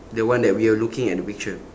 the one that we are looking at the picture